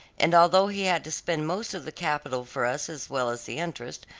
and although he had to spend most of the capital for us as well as the interest,